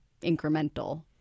incremental